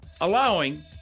allowing